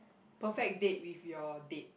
perfect date with your date